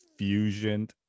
fusioned